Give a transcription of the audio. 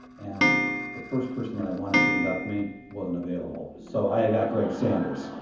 and the first person that i wanted to induct me wasn't available, so i got greg sanders.